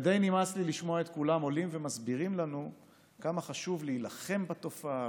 ודי נמאס לי לשמוע את כולם עולים ומסבירים לנו כמה חשוב להילחם בתופעה,